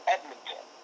Edmonton